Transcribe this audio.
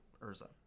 Urza